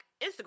Instagram